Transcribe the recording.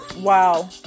Wow